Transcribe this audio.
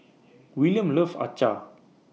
Willam loves Acar